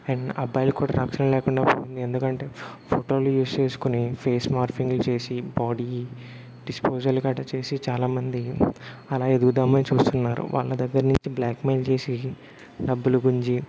and అబ్బాయిలకి కూడ రక్షణ లేకుండా పోయింది ఎందుకంటే ఫోటోలు యూస్ చేసుకొని ఫేస్ మార్ఫింగ్లు చేసి బాడీ డిస్పోసల్ గట్ట చేసి చాలామంది అలా ఎదుగుదాం అని చూస్తున్నారు వాళ్ళ దగ్గర నుంచి బ్లాక్ మెయిల్ చేసి డబ్బులు గుంజి